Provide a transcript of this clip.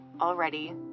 already